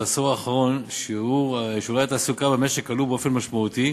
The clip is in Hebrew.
בעשור האחרון שיעורי התעסוקה במשק עלו באופן משמעותי